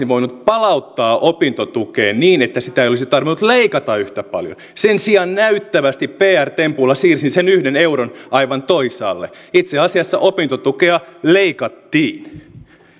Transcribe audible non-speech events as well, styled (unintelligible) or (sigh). (unintelligible) voinut palauttaa opintotukeen niin että sitä ei olisi tarvinnut leikata yhtä paljon sen sijaan näyttävästi pr tempulla siirsin sen yhden euron aivan toisaalle itse asiassa opintotukea leikattiin